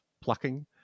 plucking